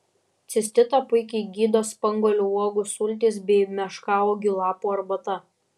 cistitą puikiai gydo spanguolių uogų sultys bei meškauogių lapų arbata